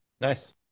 Nice